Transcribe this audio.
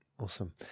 Awesome